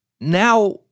Now